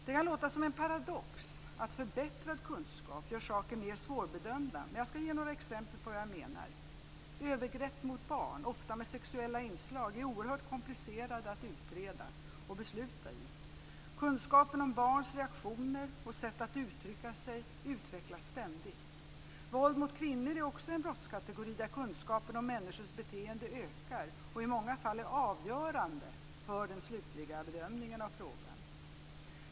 Det kan låta som en paradox att förbättrad kunskap gör saker mer svårbedömda, men jag ska ge några exempel på vad jag menar. Övergrepp mot barn, ofta med sexuella inslag, är oerhört komplicerade att utreda och besluta i. Kunskapen om barns reaktioner och sätt att uttrycka sig utvecklas ständigt. Våld mot kvinnor är också en brottskategori där kunskapen om människors beteende ökar och i många fall är avgörande för den slutliga bedömningen av frågan.